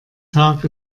tag